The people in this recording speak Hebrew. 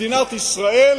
למדינת ישראל,